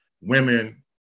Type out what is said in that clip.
women